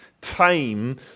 time